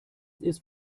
ist